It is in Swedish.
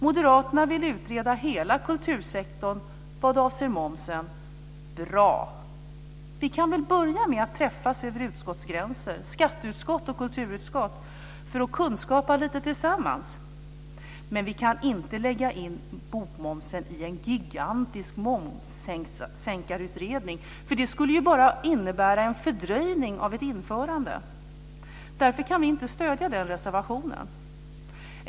Moderaterna vill utreda hela kultursektorn vad avser momsen. Bra! Vi kan väl börja med att träffas över utskottsgränserna, skatteutskott och kulturutskott, för att "kunskapa" lite tillsammans, men vi kan inte lägga in bokmomsen i en gigantisk momssänkarutredning. Det skulle bara innebära en fördröjning av ett införande. Därför kan vi inte stödja den reservationen.